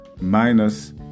minus